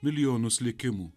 milijonus likimų